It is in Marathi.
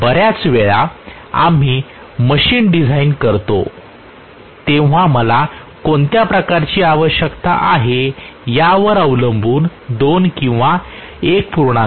बर्याच वेळा आम्ही मशीन डिझाइन करतो तेव्हा मला कोणत्या प्रकारची आवश्यकता आहे यावर अवलंबून 2 किंवा 1